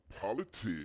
Politics